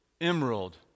emerald